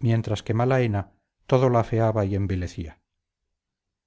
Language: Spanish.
mientras que malaena todo lo afeaba y